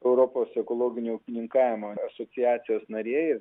europos ekologinio ūkininkavimo asociacijos narė ir